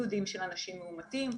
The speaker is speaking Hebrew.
בידודים של אנשים מאומתים,